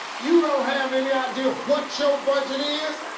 you don't have any idea what your budget is?